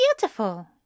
beautiful